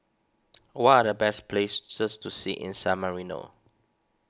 what are the best places to see in San Marino